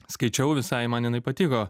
skaičiau visai man jinai patiko